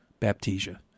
Baptisia